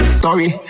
story